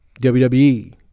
WWE